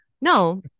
no